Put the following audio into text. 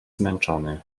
zmęczony